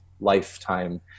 lifetime